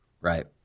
Right